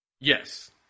Yes